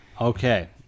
Okay